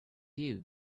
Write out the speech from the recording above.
you